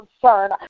concern